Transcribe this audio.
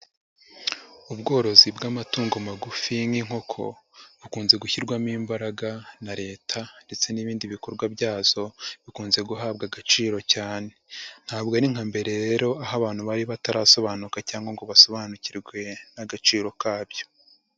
Ubworozi bw'amatungo magufi nk'inkoko bukunze gushyirwamo imbaraga na leta ndetse n'ibindi bikorwa byazo bikunze guhabwa agaciro cyane, ntabwo ari nka mbere rero aho abantu bari batarasobanuka cyangwa ngo basobanukirwe n'agaciro kabyo.